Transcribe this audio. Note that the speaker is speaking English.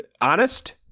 honest